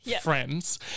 Friends